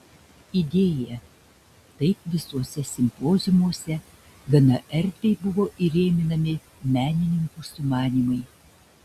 idėja taip visuose simpoziumuose gana erdviai buvo įrėminami menininkų sumanymai